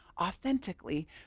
authentically